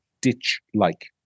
ditch-like